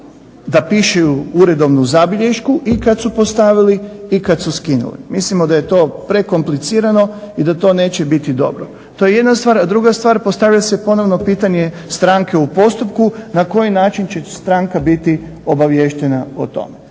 da pišu uredovnu zabilješku i kad su postavili i kad su skinuli. Mislimo da je to prekomplicirano i da to neće biti dobro. To je jedna stvar, a druga stvar, postavlja se ponovno pitanje stranke u postupku, na koji način će stranka biti obaviještena o tome.